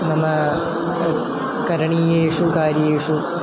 मम करणीयेषु कार्येषु